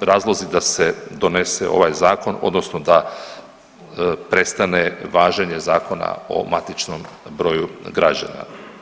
razlozi da se donese ovaj zakon odnosno da prestane važenje Zakona o matičnom broju građana.